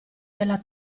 della